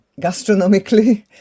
gastronomically